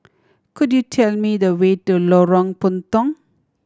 could you tell me the way to Lorong Puntong